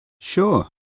Sure